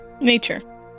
Nature